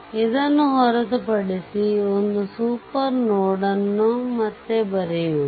ಇದನ್ನು ಹೊರತುಪಡಿಸಿ ಒಂದು ಸೂಪರ್ ನೋಡ್ನ್ನು ಮತ್ತೆ ಬರೆಯುವುದು